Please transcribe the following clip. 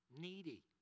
needy